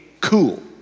cool